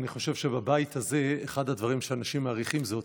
אני חושב שבבית הזה אחד הדברים שאנשים מעריכים זו אותנטיות,